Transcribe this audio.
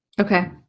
Okay